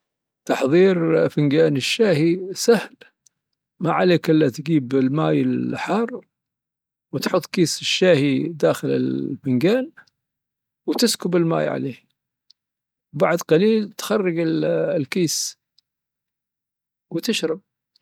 تحضبر فنجان الشاهي سهل. ما عليك إلا تجيب الماي الحار وتحط كيس الشاهي داخل الفنجان، وتسكب الماي عليه. وبعد قليل تخرج الكيس وتشرب.